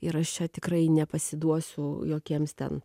ir aš čia tikrai nepasiduosiu jokiems ten